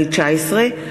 פ/1239/19,